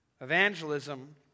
evangelism